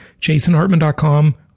JasonHartman.com